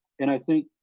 and i think,